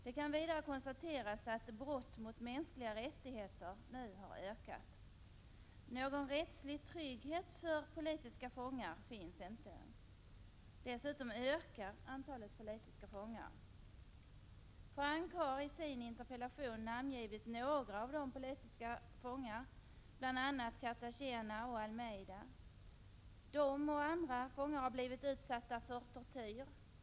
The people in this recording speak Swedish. Det kan vidare konstateras att brotten mot mänskliga rättigheter har ökat. Någon rättslig trygghet för politiska fångar finns inte. Dessutom ökar antalet politiska fångar. Hans Göran Franck har i sin interpellation namngivit några av de politiska fångarna, bl.a. Cartagena och Almeyda. De och andra fångar har blivit utsatta för tortyr.